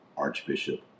Archbishop